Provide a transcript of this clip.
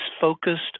focused